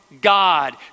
God